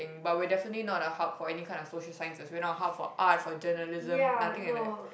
but we are definitely not a hub for any kind of social science as we are not a hub for art for journalism nothing like that